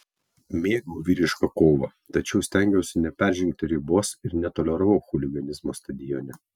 mėgau vyrišką kovą tačiau stengiausi neperžengti ribos ir netoleravau chuliganizmo stadione